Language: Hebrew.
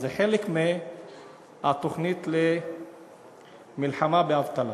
אז זה חלק מהתוכנית למלחמה באבטלה.